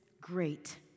great